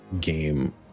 game